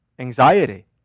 Anxiety